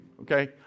Okay